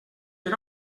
per